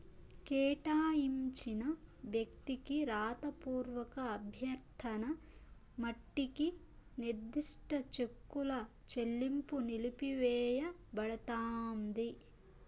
కేటాయించిన వ్యక్తికి రాతపూర్వక అభ్యర్థన మట్టికి నిర్దిష్ట చెక్కుల చెల్లింపు నిలిపివేయబడతాంది